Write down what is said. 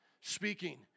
speaking